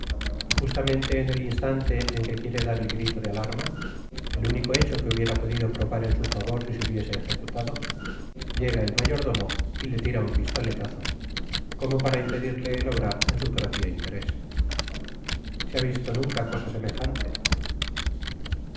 y justamente en el instante en que quiere dar el grito tle alarma el único hecho que hubiera podido probar en su favor si se hubiese ejecutado llega el mayordomo y le tira un pistoletazo como para impedirle el obrar en su propio interés se ha visto nunca cosa semejante